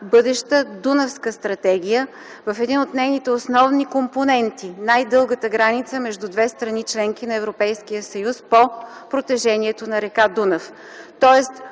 бъдеща Дунавска стратегия в един от нейните основни компоненти – най-дългата граница между две страни – членки на Европейския съюз, по протежението на р. Дунав.